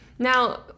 Now